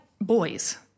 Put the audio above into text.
boys